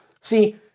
see